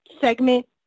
segment